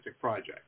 project